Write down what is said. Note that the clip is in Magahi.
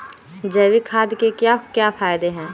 जैविक खाद के क्या क्या फायदे हैं?